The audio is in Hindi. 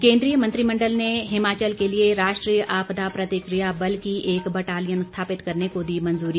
केंद्रीय मंत्रिमण्डल ने हिमाचल के लिए राष्ट्रीय आपदा प्रतिकिया बल की एक बटालियन स्थापित करने को दी मंजूरी